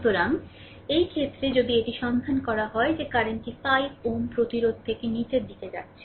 সুতরাং এই ক্ষেত্রে যদি এটি সন্ধান করা হয় যে কারেন্টটি 5 Ω প্রতিরোধ থেকে নীচের দিকে যাচ্ছে